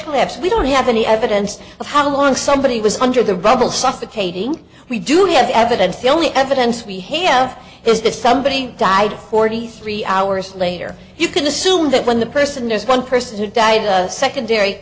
collapse we don't have any evidence of how long somebody was under the rubble suffocating we do have evidence the only evidence we have is that somebody died forty three hours later you can assume that when the person is one person who died the secondary